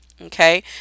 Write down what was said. Okay